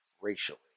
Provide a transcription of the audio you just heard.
racially